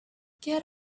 get